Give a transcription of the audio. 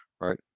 right